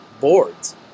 boards